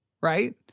Right